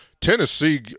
Tennessee